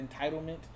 entitlement